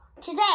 Today